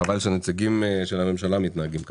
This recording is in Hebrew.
חבל שהנציגים של הממשלה מתנהגים ככה.